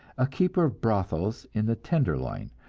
a keeper of brothels in the tenderloin,